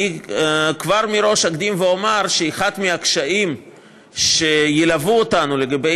כבר מראש אקדים ואומר שאחד הקשיים שילוו אותנו לגבי